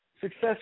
success